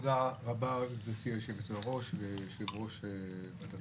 תודה רבה לגברתי יושבת-ראש וליושב-ראש ועדת